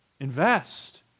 Invest